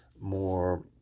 more